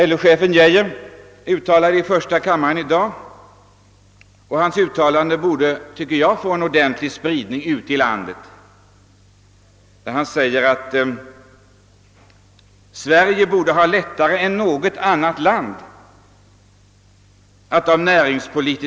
LO-chefen Geijers uttalande i första kammaren i dag — borde, tycker jag, få ordentlig spridning ute i landet — att Sverige näringspolitiskt borde ha lättare än något annat land att komma in i EEC.